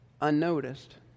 unnoticed